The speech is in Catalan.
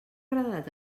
agradat